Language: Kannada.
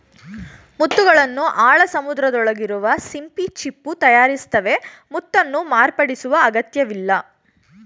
ಮುತ್ತುಗಳನ್ನು ಆಳ ಸಮುದ್ರದೊಳಗಿರುವ ಸಿಂಪಿ ಚಿಪ್ಪು ತಯಾರಿಸ್ತವೆ ಮುತ್ತನ್ನು ಮಾರ್ಪಡಿಸುವ ಅಗತ್ಯವಿಲ್ಲ